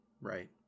right